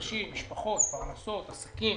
משפחות, פרנסה, עסקים.